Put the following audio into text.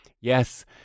Yes